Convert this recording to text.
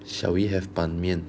shall we have 板面